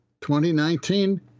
2019